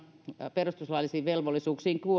perustuslaillisiin velvollisuuksiin